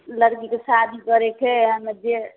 लड़कीके शादी करैके हइ एहिमे जे